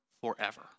forever